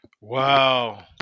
Wow